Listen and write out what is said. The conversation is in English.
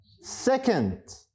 second